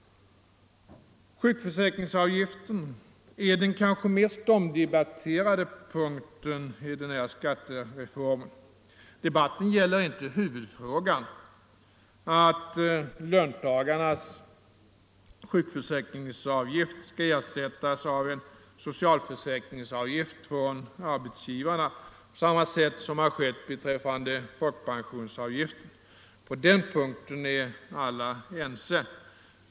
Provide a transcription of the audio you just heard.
Sjukförsäkringsavgiften är den kanske mest omdebatterade punkten i den här skattereformen. Debatten gäller inte frågan om löntagarnas sjukförsäkringsavgift skall ersättas av en socialförsäkringsavgift som betalas av arbetsgivarna på samma sätt som skett beträffande folkpensionsavgiften. På den punkten är alla ense.